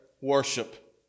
worship